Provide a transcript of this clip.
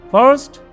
First